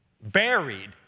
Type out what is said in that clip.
buried